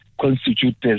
constitutes